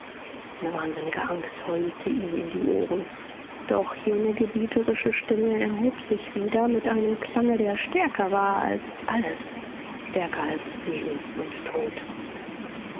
eine wahnsinnige angst heulte ihm in die ohren doch jene gebieterische stimme erhob sich wieder mit einem klange der stärker war als alles stärker als leben und tod